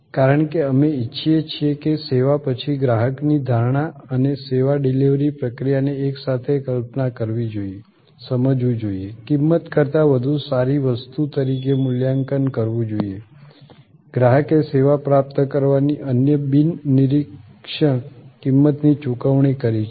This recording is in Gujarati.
કારણ કે અમે ઇચ્છીએ છીએ કે સેવા પછી ગ્રાહકની ધારણા અને સેવા ડિલિવરી પ્રક્રિયાને એકસાથે કલ્પના કરવી જોઈએ સમજવું જોઈએ કિંમત કરતાં વધુ સારી વસ્તુ તરીકે મૂલ્યાંકન કરવું જોઈએ ગ્રાહકે સેવા પ્રાપ્ત કરવાની અન્ય બિન નિરીક્ષણ કિંમતની ચૂકવણી કરી છે